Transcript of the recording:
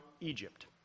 Egypt